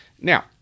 Now